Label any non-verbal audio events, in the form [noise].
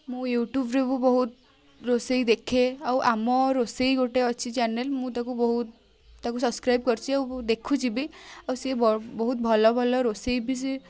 ମୁଁ ୟୁଟ୍ୟୁବରୁ ବହୁତ ରୋଷେଇ ଦେଖେ ଆଉ ଆମ ରୋଷେଇ ଗୋଟେ ଅଛି ଚ୍ୟାନେଲ୍ ମୁଁ ତାକୁ ବହୁତ ତାକୁ ସବ୍କ୍ରାଇବ୍ କରିଛି ଆଉ ଦେଖୁଛି ବି ଆଉ ସେ ବହୁତ ଭଲ ଭଲ ରୋଷେଇ ବି [unintelligible]